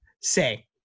say